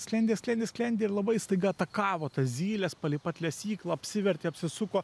sklendė sklendė sklendė ir labai staiga atakavo tas zyles palei pat lesyklą apsivertė apsisuko